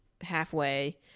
halfway